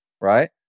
right